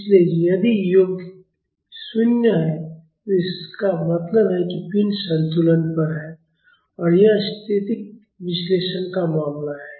इसलिए यदि योग 0 है तो इसका मतलब है कि पिंड संतुलन पर है और यह स्थैतिक विश्लेषण का मामला है